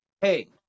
hey